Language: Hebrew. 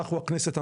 אנחנו הכנסת,